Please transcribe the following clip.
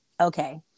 Okay